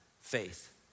faith